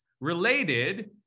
related